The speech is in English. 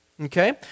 Okay